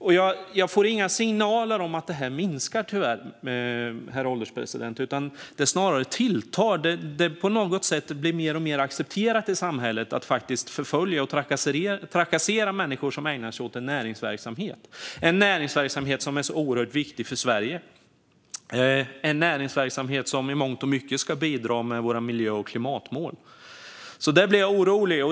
Jag får tyvärr inga signaler om att detta minskar, herr ålderspresident. Det tilltar snarare. På något sätt blir det mer och mer accepterat i samhället att faktiskt förfölja och trakassera människor som ägnar sig åt en näringsverksamhet - det är en näringsverksamhet som är oerhört viktig för Sverige, en näringsverksamhet som i mångt och mycket ska bidra till våra miljö och klimatmål. Där blir jag orolig.